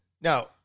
Now